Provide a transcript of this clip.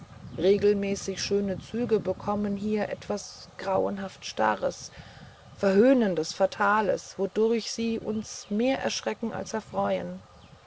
regelmäßig schöne züge bekommen hier etwas grauenhaft starres verhöhnendes fatales wodurch sie uns mehr erschrecken als erfreuen